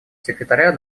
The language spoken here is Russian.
секретаря